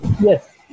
Yes